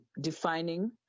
defining